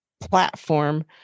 platform